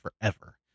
forever